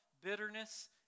Bitterness